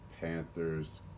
Panthers